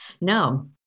No